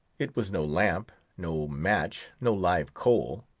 it was no lamp no match no live coal.